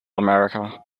america